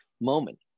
moment